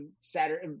Saturday